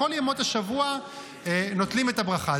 כל ימות השבוע נוטלים את הברכה.